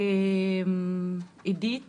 עידית